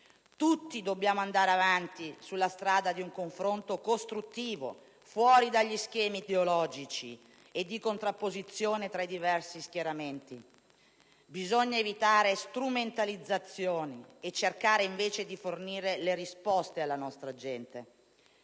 Tutti dobbiamo andare avanti sulla strada di un confronto costruttivo, fuori dagli schemi ideologici e di contrapposizione tra i diversi schieramenti. Bisogna evitare strumentalizzazioni e cercare invece di fornire le risposte alla nostra gente,